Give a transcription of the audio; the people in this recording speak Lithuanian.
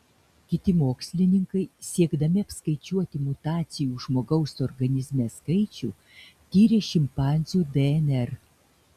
kiti mokslininkai siekdami apskaičiuoti mutacijų žmogaus organizme skaičių tyrė šimpanzių dnr